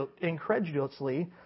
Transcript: incredulously